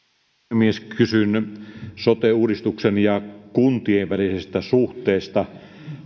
puhemies kysyn sote uudistuksen ja kuntien välisestä suhteesta